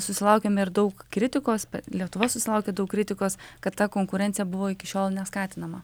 susilaukiame ir daug kritikos lietuva susilaukė daug kritikos kad ta konkurencija buvo iki šiol neskatinama